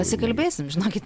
pasikalbėsim žinokit